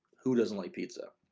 who doesn't like pizza.